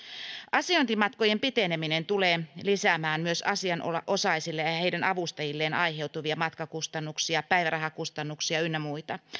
asiointimatkojen piteneminen tulee lisäämään myös asianosaisille ja ja heidän avustajilleen aiheutuvia matkakustannuksia päivärahakustannuksia ynnä muita